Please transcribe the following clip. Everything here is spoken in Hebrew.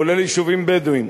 כולל יישובים בדואיים,